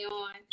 on